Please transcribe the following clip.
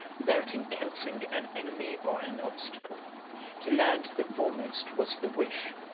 without encountering an enemy or an obstacle to land the foremost was the wish,